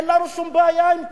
אין לנו שום בעיה עם כך.